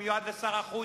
המיועד לשר החוץ,